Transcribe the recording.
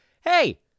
Hey